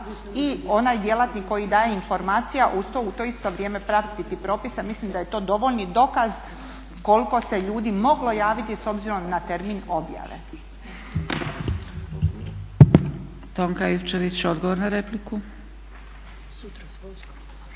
i onaj djelatnik koji daje informacije, a uz to u to isto vrijeme pratiti propise. mislim da je to dovoljni dokaz koliko se ljudi moglo javiti s obzirom na termin objave.